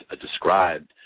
described